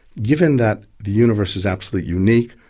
given that the universe is absolutely unique,